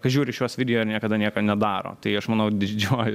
kas žiūri šiuos video ir niekada nieko nedaro tai aš manau didžioji